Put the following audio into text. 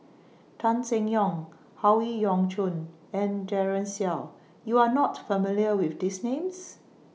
Tan Seng Yong Howe Yoon Chong and Daren Shiau YOU Are not familiar with These Names